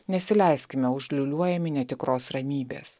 nesileiskime užliūliuojami netikros ramybės